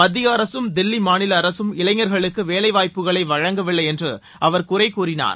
மத்திய அரசும் தில்லி மாநில அரசும் இளைஞர்களுக்கு வேலைவாய்ப்புக்களை வழங்கவில்லை என்று அவர் குறைகூறினார்